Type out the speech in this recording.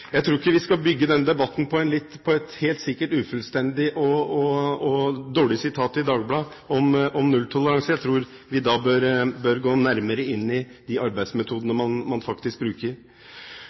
Jeg tror ikke vi skal bygge den debatten på et helt sikkert ufullstendig og dårlig sitat i Dagbladet om nulltoleranse, jeg tror vi bør gå nærmere inn i de arbeidsmetodene man faktisk bruker.